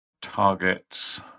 targets